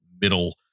middle